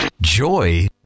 Joy